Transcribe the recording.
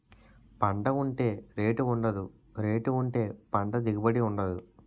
పంట ఉంటే రేటు ఉండదు, రేటు ఉంటే పంట దిగుబడి ఉండదు